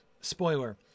Spoiler